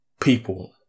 people